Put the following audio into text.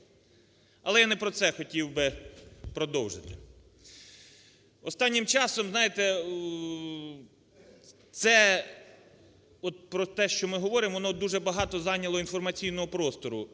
Але я не про це хотів би продовжити. Останнім часом, знаєте, це от про те, що ми говоримо, воно дуже багато зайняло інформаційного простору.